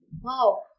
Wow